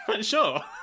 sure